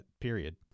period